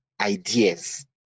ideas